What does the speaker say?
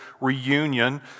reunion